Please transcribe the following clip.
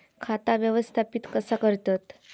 खाता व्यवस्थापित कसा करतत?